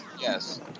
yes